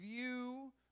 view